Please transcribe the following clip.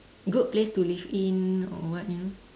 good place to live in or what you know